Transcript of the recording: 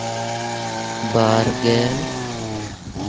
ᱵᱟᱨ ᱜᱮᱞ